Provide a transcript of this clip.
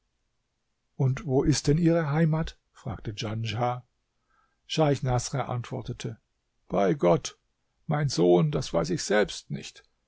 und wo ist denn ihre heimat fragte djanschah scheich naßr antwortete bei gott mein sohn das weiß ich selbst nicht